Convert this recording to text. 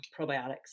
Probiotics